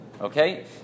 Okay